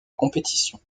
compétition